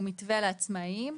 הוא מתווה לעצמאים,